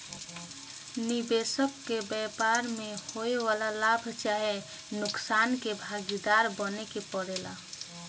निबेसक के व्यापार में होए वाला लाभ चाहे नुकसान में भागीदार बने के परेला